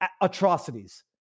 atrocities